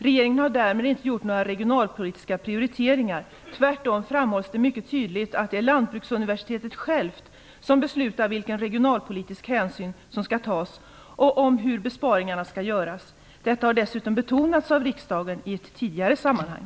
Regeringen har därmed inte gjort några regionalpolitiska prioriteringar. Tvärtom framhålls det mycket tydligt att det är Lantbruksuniversitetet självt som beslutar vilken regionalpolitisk hänsyn som skall tas och om hur besparingarna skall göras. Detta har dessutom betonats av riksdagen i ett tidigare sammanhang.